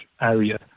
area